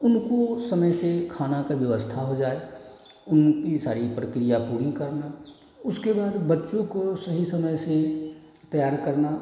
उनको समय से खाना का व्यवस्था हो जाए उनकी सारी प्रक्रिया पूरी करना उसके बाद बच्चों को सही समय से तैयार करना